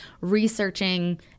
researching